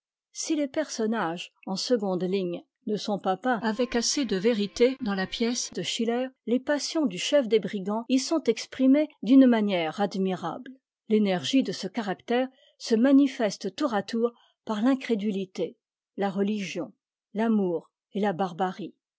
si les personnages en seconde ligne ne sont pas peints avec assez de vérité dans la pièce de schiller les passions du chef des brigands y sont exprimées d'une manière admirable l'énergie de ce caractère se manifeste tour à tour par l'incrédulité la religion l'amour et la barbarie